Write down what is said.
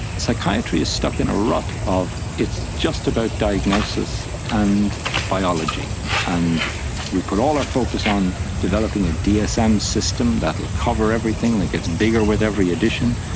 psychiatry is stuck in a rut of it's just about diagnosis and biology, and we put all our focus on developing a dsm system that will cover everything and it gets bigger with every edition,